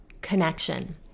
connection